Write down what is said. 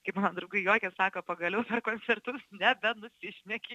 kaip mano draugai juokės sako pagaliau per koncertus nebenusišneki